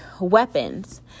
weapons